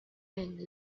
and